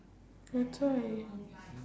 that's why